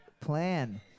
Plan